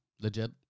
Legit